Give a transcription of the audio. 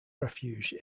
refuge